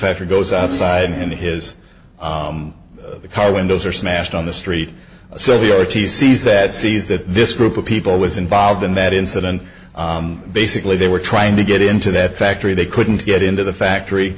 factory goes outside and his car windows are smashed on the street so the o t sees that sees that this group of people was involved in that incident basically they were trying to get into that factory they couldn't get into the factory